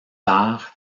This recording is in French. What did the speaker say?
par